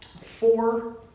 four